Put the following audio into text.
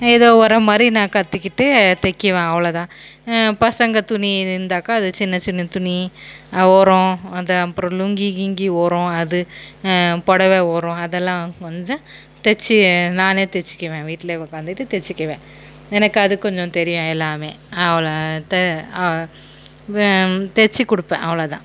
ஏதோ வரமாதிரி நான் கத்துக்கிட்டு தைக்குவேன் அவ்வளோதான் பசங்க துணி இருந்தாக்க அதை சின்ன சின்ன துணி ஓரம் அது அப்புறம் லுங்கிகிங்கி ஓரம் அது புடவ ஓரம் அதெல்லாம் கொஞ்சம் தச்சு நானே தச்சுக்குவேன் வீட்டில் உக்காந்துட்டு தச்சுக்குவேன் எனக்கு அது கொஞ்சம் தெரியும் எல்லாமே அவ்வளோதான் தச்சுக்குடுப்பேன் அவ்வளோதான்